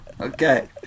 Okay